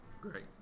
Great